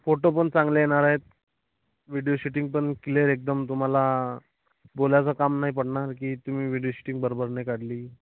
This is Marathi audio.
फोटो पण चांगले येणार आहेत व्हिडियो शुटिंग पण क्लीयर एकदम तुम्हाला बोलायचं काम नाही पडणार की तुम्ही व्हिडियो शुटिंग बरोबर नाही काढली